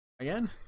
Again